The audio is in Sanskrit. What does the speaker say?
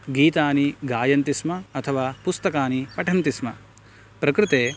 गीतानि गायन्ति स्म अथवा पुस्तकानि पठन्ति स्म प्रकृते